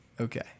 Okay